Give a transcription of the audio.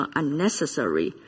unnecessary